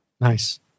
Nice